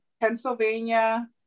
Pennsylvania